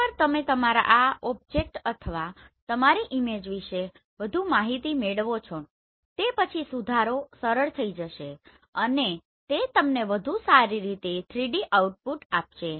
એકવાર તમે તમારા ઓબ્જેક્ટ અથવા તમારી ઈમેજ વિશે વધુ માહિતી મેળવો છો તે પછી સુધારો સરળ થઈ જશે અને તે તમને વધુ સારી રીતે 3D આઉટપુટ આપશે